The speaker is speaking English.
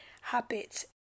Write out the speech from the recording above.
habits